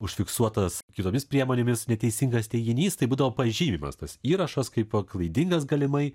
užfiksuotas kitomis priemonėmis neteisingas teiginys tai būdavo pažymimas tas įrašas kaip klaidingas galimai